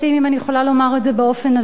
אם אני יכולה לומר את זה באופן הזה,